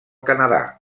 canadà